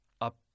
up